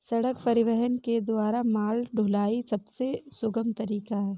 सड़क परिवहन के द्वारा माल ढुलाई सबसे सुगम तरीका है